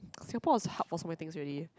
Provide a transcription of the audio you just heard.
Singapore is hub for so many things already